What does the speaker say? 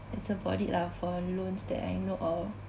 that's about it lah for loans that I know of